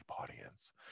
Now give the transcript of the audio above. audience